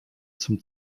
zum